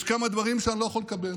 יש כמה דברים שאני לא יכול לקבל: